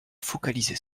focaliser